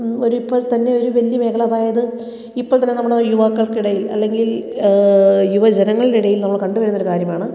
ഒരു ഇപ്പോൾത്തന്നെ ഒരു വലിയ മേഖല അതായത് ഇപ്പൊൾത്തന്നെ നമ്മുടെ യുവാക്കൾക്കിടയിൽ അല്ലെങ്കിൽ യുവജനങ്ങൾടിടയിൽ നമ്മൾ കണ്ടു വരുന്നൊരു കാര്യമാണ്